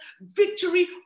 victory